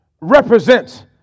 represents